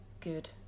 good